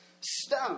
stone